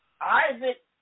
Isaac